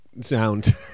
sound